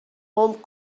home